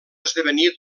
esdevenir